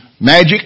Magic